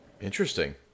interesting